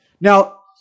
Now